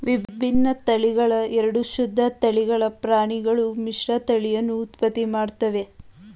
ವಿಭಿನ್ನ ತಳಿಗಳ ಎರಡು ಶುದ್ಧ ತಳಿಗಳ ಪ್ರಾಣಿಗಳು ಮಿಶ್ರತಳಿಯನ್ನು ಉತ್ಪತ್ತಿ ಮಾಡ್ತವೆ